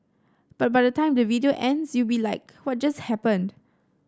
but by the time the video ends you'll be like what just happened